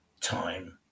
time